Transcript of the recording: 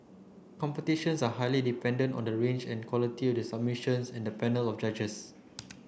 competitions are highly dependent on the range and quality of the submissions and the panel of judges